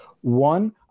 one